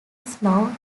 snow